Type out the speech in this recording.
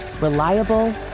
Reliable